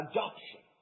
Adoption